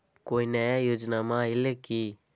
कोइ नया योजनामा आइले की?